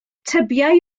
tybiai